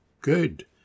good